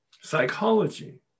Psychology